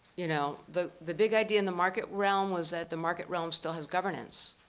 you know the the big idea in the market realm was that the market realm still has governance.